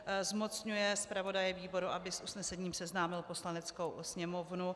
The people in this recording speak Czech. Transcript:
b) Zmocňuje zpravodaje výboru, aby s usnesením seznámil Poslaneckou sněmovnu.